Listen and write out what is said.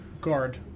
guard